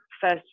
first